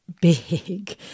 big